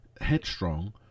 Headstrong